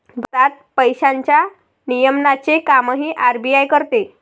भारतात पैशांच्या नियमनाचे कामही आर.बी.आय करते